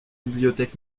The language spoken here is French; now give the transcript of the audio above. bibliothèque